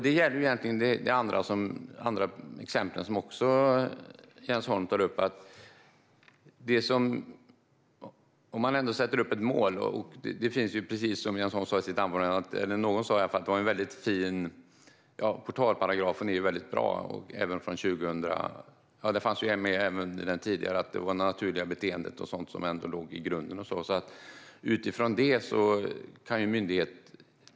Detta gäller egentligen även de andra exempel som Jens Holm tar upp. Man kan ändå sätta upp ett mål. Som någon sa är portalparagrafen väldigt bra. Det fanns redan tidigare med att det är det naturliga beteendet som ligger till grund.